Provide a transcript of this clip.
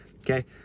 okay